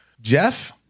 Jeff